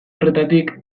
horretatik